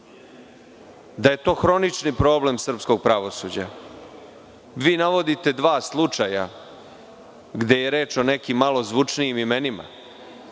da je to hronični problem srpskog pravosuđa. Vi navodite dva slučaja, gde je reč o nekim malo zvučnijim imenima.